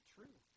True